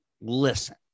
Listen